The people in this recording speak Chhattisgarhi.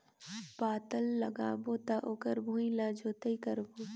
पातल लगाबो त ओकर भुईं ला जोतई करबो?